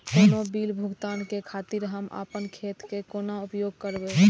कोनो बील भुगतान के खातिर हम आपन खाता के कोना उपयोग करबै?